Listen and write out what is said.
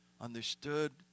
understood